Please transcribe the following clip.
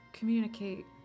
Communicate